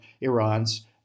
iran's